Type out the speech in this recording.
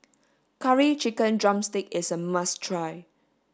curry chicken drumstick is a must try